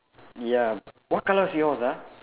ya what colour's yours ah